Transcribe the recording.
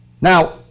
Now